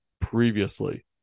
previously